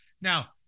Now